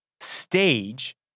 stage